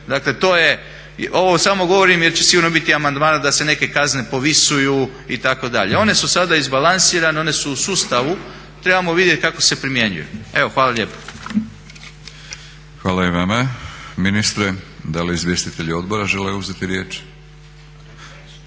Dakle, to je, ovo samo govorim jer će sigurno biti i amandmana da se neke kazne povisuju itd. One su sada izbalansirane, one su u sustavu. Trebamo vidjeti kako se primjenjuju. Evo hvala lijepo. **Batinić, Milorad (HNS)** Hvala i vama ministre. Da li izvjestitelji odbora žele uzeti riječ?